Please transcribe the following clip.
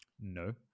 No